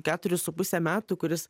keturis su puse metų kuris